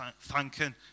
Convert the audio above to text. thanking